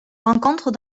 rencontre